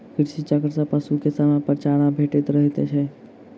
कृषि चक्र सॅ पशु के समयपर चारा भेटैत रहैत छै